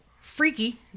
Freaky